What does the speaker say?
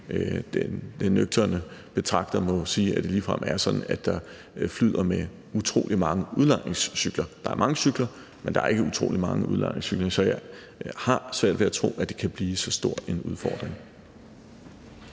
den nøgterne betragter må sige, at det flyder med utrolig mange udlejningscykler. Der er mange cykler, men der er ikke utrolig mange udlejningscykler, så jeg har svært ved at tro, at det kan blive så stor en udfordring.